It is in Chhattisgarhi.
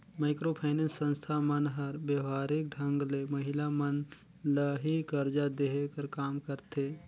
माइक्रो फाइनेंस संस्था मन हर बेवहारिक ढंग ले महिला मन ल ही करजा देहे कर काम करथे